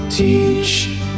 Teach